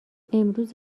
امروز